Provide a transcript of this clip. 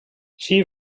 she